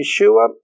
yeshua